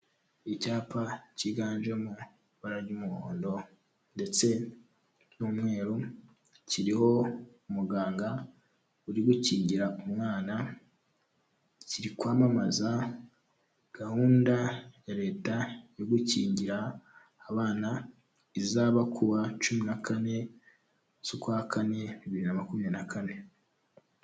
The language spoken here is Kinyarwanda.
Icyapa kiganjemo ibara ry'umuhondo ndetse n'umweru kiriho umuganga uri gukingira umwana, kiri kwamamaza gahunda ya Leta yo gukingira abana izaba ku wa cumi na kane z'ukwa kane, bibiri na makumya na kane.